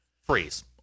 Freeze